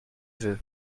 veux